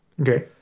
Okay